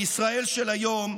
בישראל של היום,